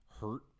hurt